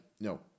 no